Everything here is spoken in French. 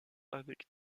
avec